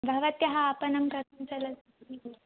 भवत्याः आपणं कथं चलति